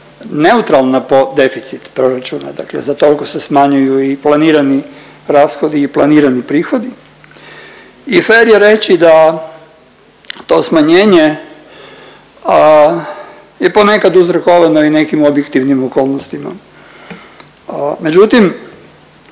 neutralna po deficitu proračuna, dakle za toliko se smanjuju i planirani rashodi i planirani prihodi. I fer je reći da to smanjenje je ponekad uzorkovano i nekim objektivnim okolnostima. Međutim,